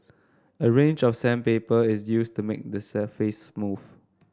a range of sandpaper is used to make the surface smooth